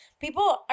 People